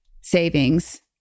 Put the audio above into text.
savings